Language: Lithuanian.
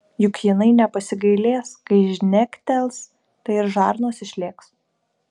juk jinai nepasigailės kai žnektels tai ir žarnos išlėks